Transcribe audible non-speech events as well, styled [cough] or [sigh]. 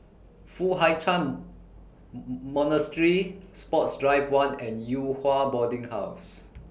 Foo Hai Ch'An [noise] Monastery Sports Drive one and Yew Hua Boarding House